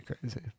crazy